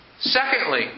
Secondly